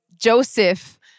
Joseph